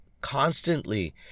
constantly